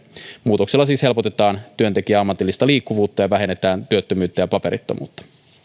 muutoksella siis helpotetaan työntekijän ammatillista liikkuvuutta ja vähennetään työttömyyttä ja paperittomuutta